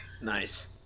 Nice